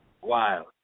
wild